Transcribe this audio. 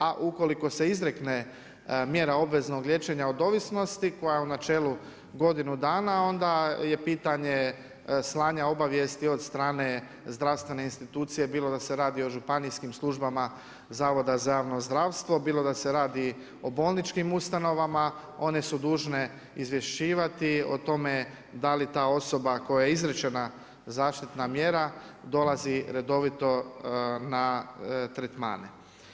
A ukoliko se izrekne mjera obveznog liječenja od ovisnosti koja je u načelu godinu dana onda je pitanje slanja obavijesti od strane zdravstvene institucije, bilo da se radi o županijskim službama Zavoda za javno zdravstvo, bilo da se radi o bolničkim ustanovama, one su dužne izvješćivati o tome da li ta osoba kojoj je izrečena zaštitna mjera dolazi redovito na tretmane.